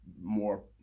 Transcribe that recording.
more